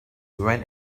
went